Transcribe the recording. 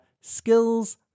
Skills